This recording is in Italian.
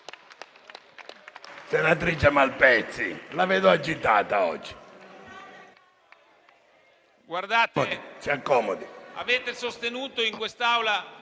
Senatrice Malpezzi, la vedo agitata oggi.